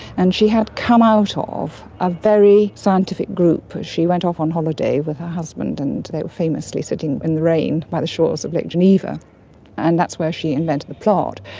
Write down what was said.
and she had come out ah of a very scientific group. she went off on holiday with her husband and they were famously sitting in the rain by the shores of lake geneva and that's where she invented the plot.